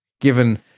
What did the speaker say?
given